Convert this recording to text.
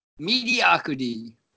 Mediocrity